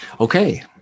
okay